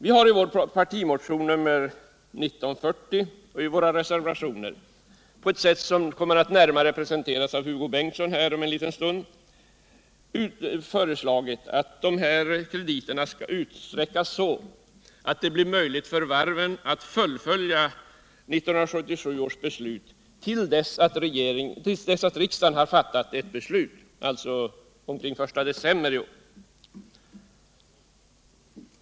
Vi har i vår partimotion nr 1940 och i våra reservationer på ett sätt, som kommer att närmare presenteras av Hugo Bengtsson om en liten stund, föreslagit att dessa krediter skall utsträckas så att det blir möjligt för varven att fullfölja 1977 års beslut intill dess att riksdagen hunnit med att fatta beslut med anledning av regeringens juniproposition, dvs. omkring den I december iår.